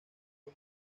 fue